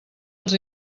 els